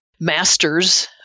masters